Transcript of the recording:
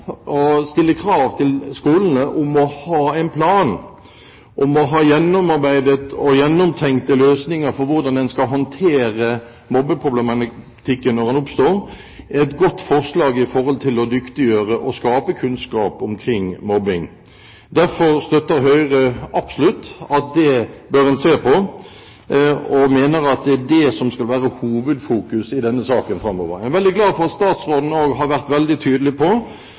stille krav til skolene om å ha en plan, om å ha gjennomarbeidede og gjennomtenkte løsninger for hvordan en skal håndtere mobbeproblematikken når den oppstår, er et godt forslag når det gjelder å dyktiggjøre og å skape kunnskap omkring mobbing. Derfor støtter Høyre absolutt at en bør se på det, og mener at det er det som skal være hovedfokuset i denne saken framover. Jeg er veldig glad for at statsråden også har vært veldig tydelig på